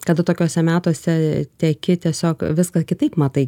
kada tokiuose metuose tekėti tiesiog viską kitaip matai